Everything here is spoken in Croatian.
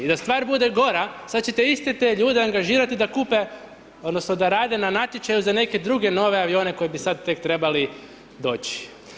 I da stvar bude gora, sada ćete iste te ljude angažirati, da kupe, odnosno, da rade na natječaju za neke druge nove avione koji bi sada tek trebali doći.